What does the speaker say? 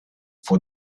for